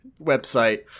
website